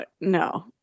no